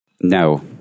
No